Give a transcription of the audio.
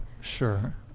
Sure